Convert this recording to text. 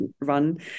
run